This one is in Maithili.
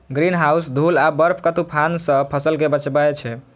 ग्रीनहाउस धूल आ बर्फक तूफान सं फसल कें बचबै छै